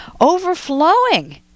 overflowing